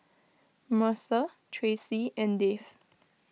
Mercer Tracee and Dave